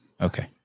Okay